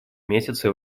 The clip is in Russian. месяце